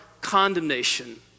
condemnation